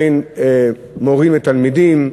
בין מורים לתלמידים,